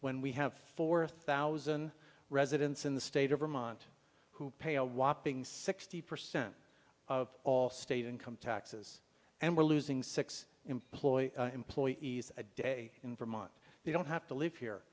when we have four thousand residents in the state of vermont who pay a whopping sixty percent of all state income taxes and we're losing six employ employees a day in vermont they don't have to live here